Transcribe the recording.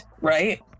right